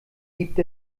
gibt